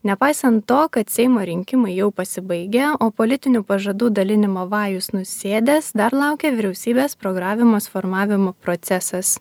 nepaisant to kad seimo rinkimai jau pasibaigę o politinių pažadų dalinimo vajus nusėdęs dar laukia vyriausybės programos formavimo procesas